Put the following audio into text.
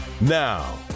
Now